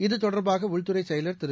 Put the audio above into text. இதுதொடர்பாகஉள்துறைசெயலர் திரு